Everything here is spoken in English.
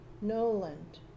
Noland